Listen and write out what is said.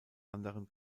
anderen